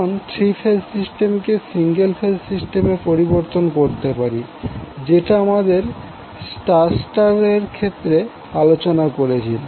এখন three phase system কে single phase সিস্টেমে পরিবর্তন করতে পারি যেটা আমরা স্টার স্টার এর ক্ষেত্রে আলোচনা করেছি